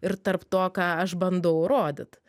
ir tarp to ką aš bandau rodyt